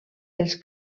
els